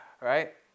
right